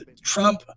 Trump